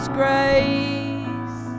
grace